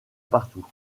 partout